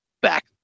back